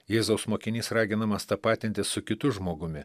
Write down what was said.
jėzaus mokinys raginamas tapatintis su kitu žmogumi